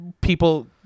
people